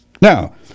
Now